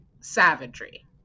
savagery